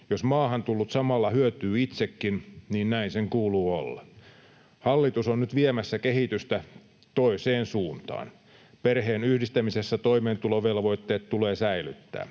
Jos maahan tullut samalla hyötyy itsekin, niin näin sen kuuluu olla. Hallitus on nyt viemässä kehitystä toiseen suuntaan. Perheenyhdistämisessä toimeentulovelvoitteet tulee säilyttää.